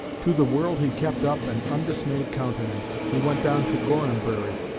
to the world he kept up an undismayed countenance he went down to gorhambury,